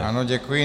Ano, děkuji.